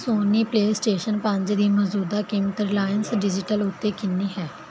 Soni PlayStation ਪੰਜ ਦੀ ਮੌਜੂਦਾ ਕੀਮਤ ਰਿਲਾਇੰਸ ਡਿਜੀਟਲ ਉੱਤੇ ਕਿੰਨੀ ਹੈ